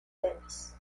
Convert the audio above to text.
tenis